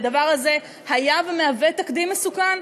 כי הדבר הזה היה ומהווה תקדים מסוכן.